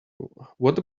what